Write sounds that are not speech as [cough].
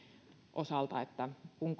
osalta ja että kun [unintelligible]